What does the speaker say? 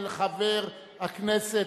חוק ומשפט